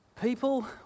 People